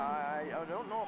i don't know